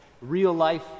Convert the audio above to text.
real-life